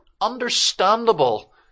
understandable